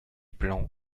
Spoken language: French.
plan